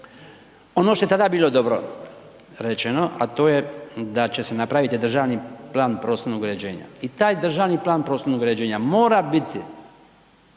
Ono što je tada bilo dobro rečeno, a to je da će se napraviti državni plan prostornog uređenja. I taj državni plan prostornog uređenja mora biti